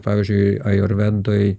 pavyzdžiui ajurvedoj